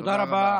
תודה רבה.